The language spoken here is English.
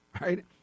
right